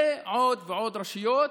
ועוד ועוד רשויות